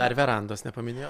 dar verandos nepaminėjo